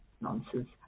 nonsense